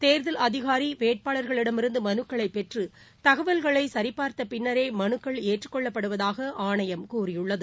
தேர்தல் அதிகாரி வேட்பாளர்களிடமிருந்து மனுக்களை பெற்று தகவல்களை சரிபார்த்த பின்னரே மனுக்கள் ஏற்றுக் கொள்ளப்படுவதாக ஆணையம் கூறியுள்ளது